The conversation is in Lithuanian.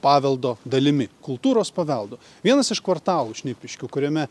paveldo dalimi kultūros paveldu vienas iš kvartalų šnipiškių kuriame